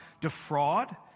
defraud